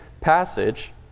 passage